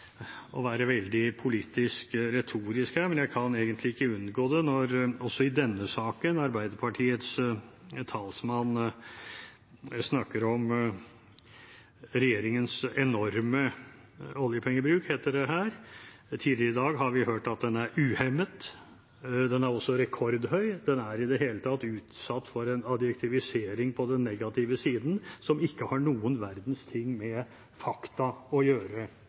unngå det, for også i denne saken snakker Arbeiderpartiets talsmann om «regjeringens enorme oljepengebruk». Tidligere i dag har vi hørt at den er «uhemmet», og den er også «rekordhøy». Den er i det hele tatt utsatt for en adjektivisering på den negative siden som ikke har noen verdens ting med fakta å gjøre.